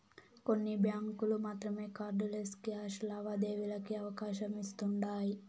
కొన్ని బ్యాంకులు మాత్రమే కార్డ్ లెస్ క్యాష్ లావాదేవీలకి అవకాశమిస్తుండాయ్